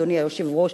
אדוני היושב-ראש,